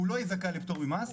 הוא לא יהיה זכאי לפטור ממס,